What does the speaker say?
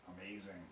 amazing